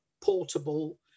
portable